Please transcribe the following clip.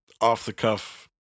off-the-cuff